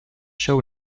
show